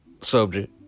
subject